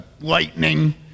lightning